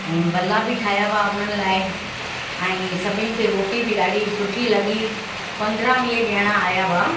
ऐं भल्ला बि ठाहिया हुआ उन्हनि लाइ ऐं सभिनि खे रोटी बि ॾाढी सुठी लॻी पंद्रहं वीह ॼणा आहियां हुआ